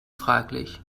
fraglich